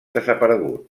desaparegut